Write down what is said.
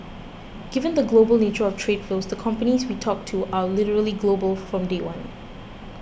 given the global nature of trade flows the companies we talk to are literally global from day one